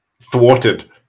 Thwarted